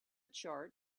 chart